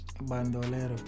Bandolero